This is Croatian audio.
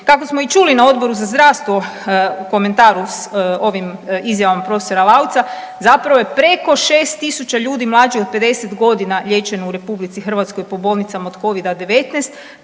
Kako smo i čuli na Odboru za zdravstvo u komentaru s ovim izjavama prof. Lauca, zapravo je preko 6000 ljudi mlađih od 50 godina liječeno u RH po bolnicama od Covida-19,